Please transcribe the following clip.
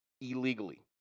illegally